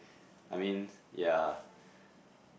I mean yeah